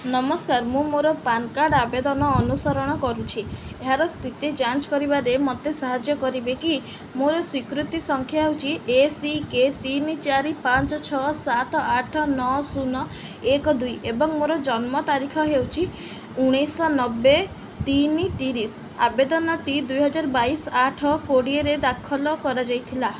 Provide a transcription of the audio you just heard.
ନମସ୍କାର ମୁଁ ମୋର ପାନ୍ କାର୍ଡ଼ ଆବେଦନ ଅନୁସରଣ କରୁଛି ଏହାର ସ୍ଥିତି ଯାଞ୍ଚ କରିବାରେ ମୋତେ ସାହାଯ୍ୟ କରିବେ କି ମୋର ସ୍ୱୀକୃତି ସଂଖ୍ୟା ହେଉଛି ଏ ସି କେ ତିନି ଚାରି ପାଞ୍ଚ ଛଅ ସାତ ଆଠ ନଅ ଶୂନ ଏକ ଦୁଇ ଏବଂ ମୋର ଜନ୍ମ ତାରିଖ ହେଉଛି ଉଣେଇଶ ନବେ ତିନି ତିରିଶ ଆବେଦନଟି ଦୁଇହଜାର ବାଇଶ ଆଠ କୋଡ଼ିଏରେ ଦାଖଲ କରାଯାଇଥିଲା